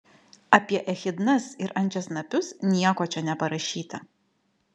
apie echidnas ir ančiasnapius nieko čia neparašyta